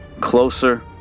closer